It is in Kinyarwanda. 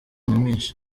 nyamwinshi